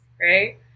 right